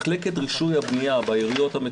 מחלקת רישוי הבנייה בעיריות,